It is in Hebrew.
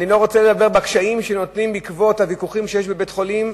אני לא רוצה לדבר על הקשיים בעקבות הוויכוחים שיש בבית-החולים,